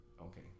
Okay